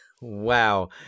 Wow